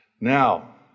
Now